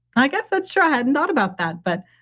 i guess that's true. i hadn't thought about that. but,